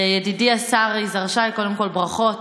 ידידי השר יזהר שי, קודם כול ברכות